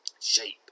shape